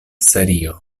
serio